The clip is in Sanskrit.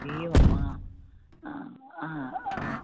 एवं वा हा हा